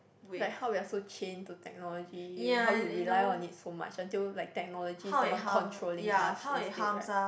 like how we're so chained to technology how we rely on it so much until like technology is someone controlling us instead right